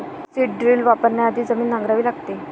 seed drill वापरण्याआधी जमीन नांगरावी लागते